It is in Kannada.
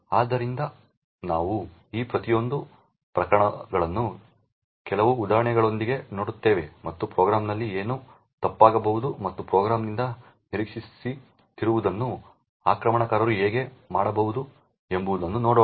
ಆದ್ದರಿಂದ ನಾವು ಈ ಪ್ರತಿಯೊಂದು ಪ್ರಕರಣಗಳನ್ನು ಕೆಲವು ಉದಾಹರಣೆಗಳೊಂದಿಗೆ ನೋಡುತ್ತೇವೆ ಮತ್ತು ಪ್ರೋಗ್ರಾಂನಲ್ಲಿ ಏನು ತಪ್ಪಾಗಬಹುದು ಮತ್ತು ಪ್ರೋಗ್ರಾಂನಿಂದ ನಿರೀಕ್ಷಿಸದಿರುವದನ್ನು ಆಕ್ರಮಣಕಾರರು ಹೇಗೆ ಮಾಡಬಹುದು ಎಂಬುದನ್ನು ನೋಡೋಣ